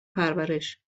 پرورش